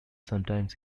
sometimes